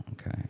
okay